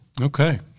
Okay